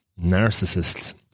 narcissists